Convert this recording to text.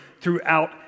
throughout